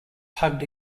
tugged